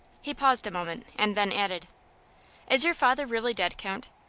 he paused a moment, and then added is your father really dead, count?